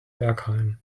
bergheim